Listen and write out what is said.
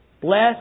Bless